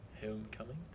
Homecoming